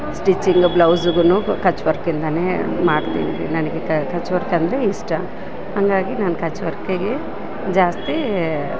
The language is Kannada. ಸ್ಟಿಚಿಂಗ್ ಬ್ಲೌಸ್ಗೂ ಕಚ್ ವರ್ಕಿಂದಾನೆ ಮಾಡ್ತೀನ್ರಿ ನನಗೆ ಕಚ್ ವರ್ಕ್ ಅಂದರೆ ಇಷ್ಟ ಹಂಗಾಗಿ ನಾನು ಕಚ್ ವರ್ಕಿಗೆ ಜಾಸ್ತಿ